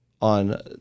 on